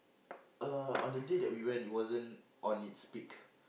uh on the day that we went it wasn't on it's peak